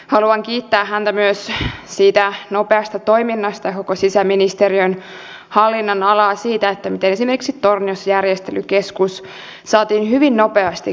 haluan kiittää häntä myös hän minusta on erittäin tärkeätä ja arvokasta että tämä kansallinen palveluväylähanke etenee